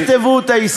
אל תשכתבו את ההיסטוריה.